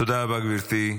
תודה רבה, גברתי.